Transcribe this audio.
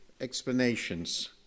explanations